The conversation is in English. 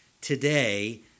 today